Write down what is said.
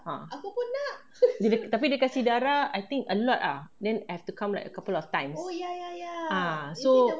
ah tapi dia kasi darah I think a lot ah then have to come like couple of times ah so